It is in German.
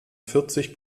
vierzig